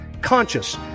conscious